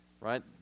right